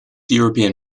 european